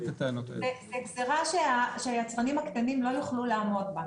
זו גזירה שהיצרנים הקטנים לא יוכלו לעמוד בה.